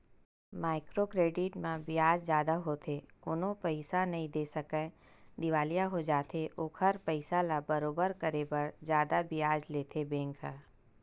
micro credit म बियाज जादा होथे कोनो पइसा नइ दे सकय दिवालिया हो जाथे ओखर पइसा ल बरोबर करे बर जादा बियाज लेथे बेंक ह